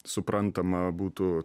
suprantama būtų